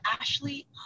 Ashley